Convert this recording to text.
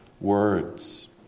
words